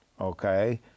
Okay